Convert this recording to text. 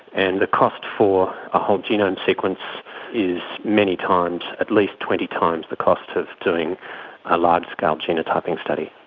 and the cost for a whole genome sequence is many times, at least twenty times the cost of doing a large-scale genotyping study.